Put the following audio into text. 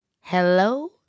Hello